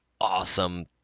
awesome